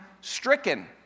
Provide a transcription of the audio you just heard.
stricken